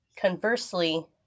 Conversely